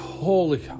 holy